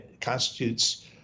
constitutes